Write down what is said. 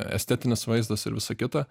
estetinis vaizdas ir visa kita